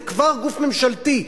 זה כבר גוף ממשלתי.